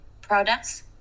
products